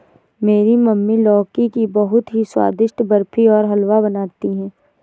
मेरी मम्मी लौकी की बहुत ही स्वादिष्ट बर्फी और हलवा बनाती है